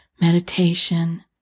meditation